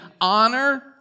honor